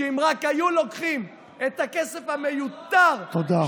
שאם רק היו לוקחים את הכסף המיותר, תודה.